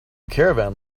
caravan